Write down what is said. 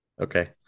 okay